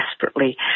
desperately